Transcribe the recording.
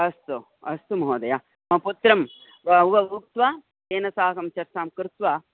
अस्तु अस्तु महोदय मम पुत्रं उक्त्वा तेन साकं चर्चां कृत्वा